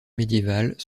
médiévales